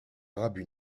arabes